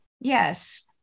Yes